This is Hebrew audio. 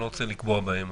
אני לא רוצה לקבוע בהם.